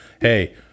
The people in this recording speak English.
hey